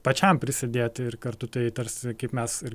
pačiam prisidėti ir kartu tai tarsi kaip mes ir